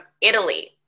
Italy